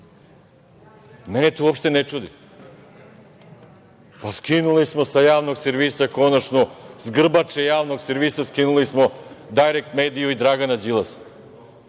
Mene to uopšte ne čudi. Pa, skinuli smo sa javnog servisa konačno, s grbače javnog servisa skinuli smo „Dajrek mediju“ i Dragana Đilasa.